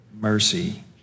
mercy